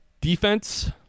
Defense